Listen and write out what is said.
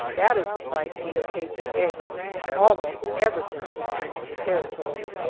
that is the price we have paid for eggs almost ever since we came to the territory.